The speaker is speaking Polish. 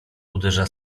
uderza